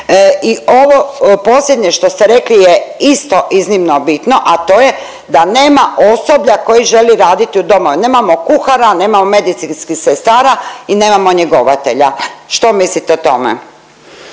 I ovo posljednje što ste rekli je isto iznimno bitno, a to je da nema osoblja koji želi raditi u domovima, nemamo kuhara, nemamo medicinskih sestara i nemamo njegovatelja. Što mislite o tome?